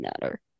matter